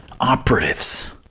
operatives